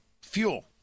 fuel